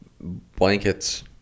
blankets